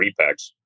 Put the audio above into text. repacks